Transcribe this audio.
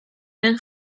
den